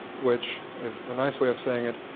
which is the nice way of saying it.